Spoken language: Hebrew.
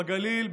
בגליל,